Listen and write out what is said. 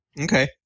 Okay